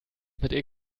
mit